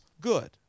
good